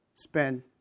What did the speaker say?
spend